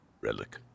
Relic